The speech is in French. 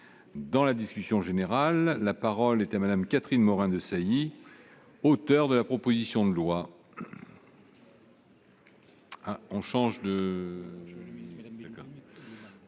dans la discussion générale, la parole est à Madame Catherine Morin-Desailly, auteur de la proposition de loi.